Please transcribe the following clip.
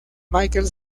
michael